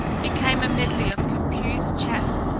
became a medley of confused chaff,